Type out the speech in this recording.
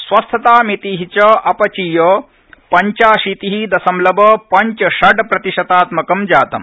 स्वस्थतामिति च अपचीय पंचाशीति दशमलव पंच षड् प्रतिशतात्मकं जातम्